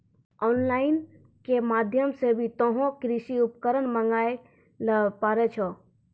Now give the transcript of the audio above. on line के माध्यम से भी तोहों कृषि उपकरण मंगाय ल पारै छौ